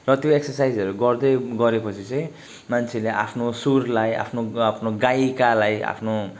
र त्यो एक्ससाइजहरू गर्दै गरेपछि चाहिँ मान्छेले आफ्नो सुरलाई आफ्नो आफ्नो गायिकीलाई आफ्नो